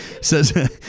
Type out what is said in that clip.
says